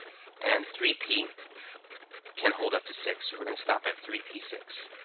and three p can hold up to six, so we're gonna stop at three p six.